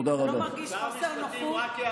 שר המשפטים, אתה לא מרגיש חוסר נוחות,